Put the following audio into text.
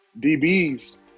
DBs